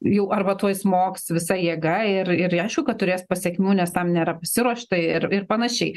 jau arba tuoj smogs visa jėga ir ir jie aišku kad turės pasekmių nes tam nėra pasiruošta ir ir panašiai